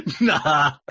Nah